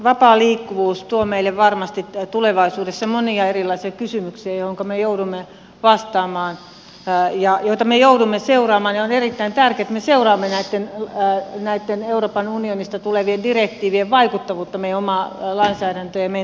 vapaa liikkuvuus tuo meille varmasti tulevaisuudessa monia erilaisia kysymyksiä joihinka me joudumme vastaamaan ja joita me joudumme seuraamaan ja on erittäin tärkeää että me seuraamme näitten euroopan unionista tulevien direktiivien vaikuttavuutta meidän omaan lainsäädäntöön ja meidän toimintoihin